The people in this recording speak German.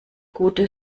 gute